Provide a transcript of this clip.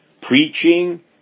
preaching